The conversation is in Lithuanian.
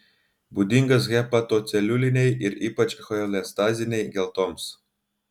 būdingas hepatoceliulinei ir ypač cholestazinei geltoms